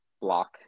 block